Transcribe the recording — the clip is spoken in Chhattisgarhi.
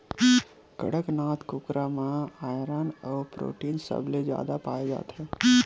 कड़कनाथ कुकरा म आयरन अउ प्रोटीन सबले जादा पाए जाथे